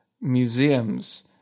museums